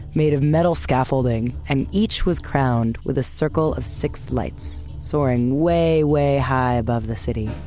made of metal scaffolding and each was crowned with a circle of six lights soaring way, way high above the city